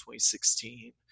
2016